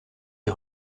les